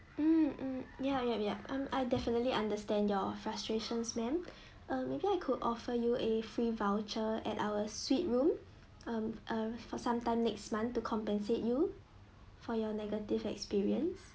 mm mm ya yup yup um I definitely understand your frustrations ma'am ah maybe I could offer you a free voucher at our suite room mm uh for some time next month to compensate you for your negative experience